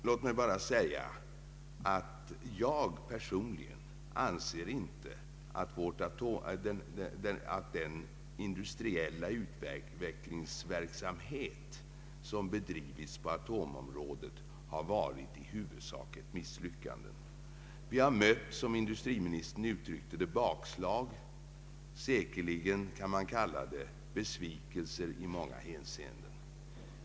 Låt mig säga att jag personligen inte anser att den industriella utvecklingsverksamhet som bedrivits på atomområdet har varit i huvudsak ett misslyckande. Vi har — som industriministern uttryckte det — mött bakslag. Säkerligen kan man kalla det besvikelser i många hänseenden.